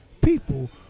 people